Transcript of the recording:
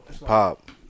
pop